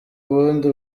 ubundi